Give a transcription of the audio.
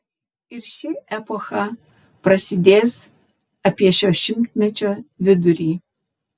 ir ši epocha prasidės apie šio šimtmečio vidurį